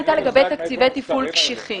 הטענה הייתה לגבי תקציבי תפעול קשיחים.